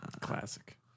classic